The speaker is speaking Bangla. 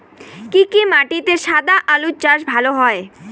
কি কি মাটিতে সাদা আলু চাষ ভালো হয়?